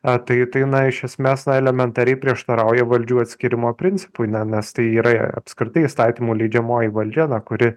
a tai tai na iš esmės na elementariai prieštarauja valdžių atskyrimo principui ne nes tai yra apskritai įstatymų leidžiamoji valdžia kuri